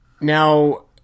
Now